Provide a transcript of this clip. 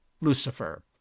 Lucifer